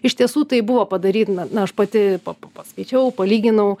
iš tiesų tai buvo padaryt na na aš pati pa pa paskaičiau palyginau